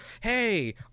Hey